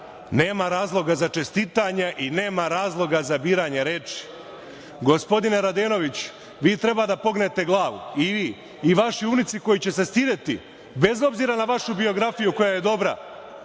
nema razloga za čestitanja i nema razloga za biranje reči. Gospodine Radenoviću, vi treba da pognete glavu i vaši unuci će se stideti bez obzira na vašu biografiju koja je dobra,